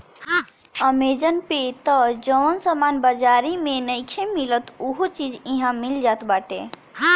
Amazon पे तअ जवन सामान बाजारी में नइखे मिलत उहो चीज इहा मिल जात बाटे